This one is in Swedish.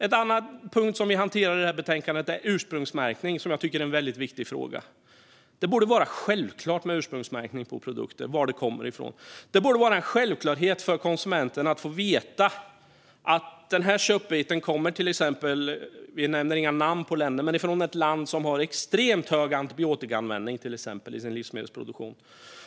En annan punkt som vi hanterar i detta betänkande är ursprungsmärkning, som jag tycker är en väldigt viktig fråga. Det borde vara självklart med ursprungsmärkning på produkter - märkning av varifrån de kommer. Det borde vara en självklarhet för konsumenten att få veta att till exempel en köttbit kommer från ett land - vi nämner inga namn på länder - som har extremt hög antibiotikaanvändning i sin livsmedelsproduktion.